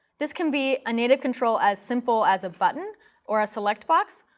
this can be a native control as simple as a button or a select box,